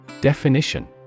Definition